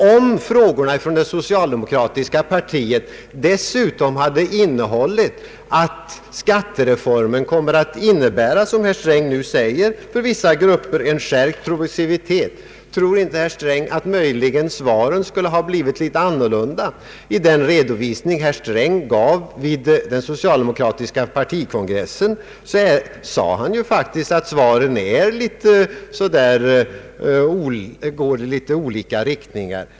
Om det socialdemokratiska partiets frågor dessutom hade innehållit en upplysning om att skattereformen, som herr Sträng nu säger, kommer att innebära en skärpt progressivitet för vissa grupper av inkomsttagare, tror inte herr Sträng att svaren då möjligen skulle ha blivit litet annorlunda i den redovisning han lämnade? Vid den socialdemokratiska partikongressen i höstas sade han faktiskt att svaren går i olika riktningar.